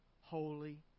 holy